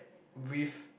with